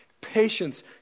patience